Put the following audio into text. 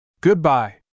Goodbye